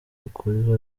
ukuri